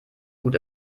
gut